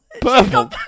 Purple